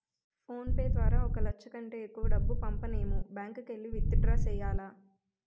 phone pay ద్వారా ఒక లచ్చ కంటే ఎక్కువ డబ్బు పంపనేము బ్యాంకుకెల్లి విత్ డ్రా సెయ్యాల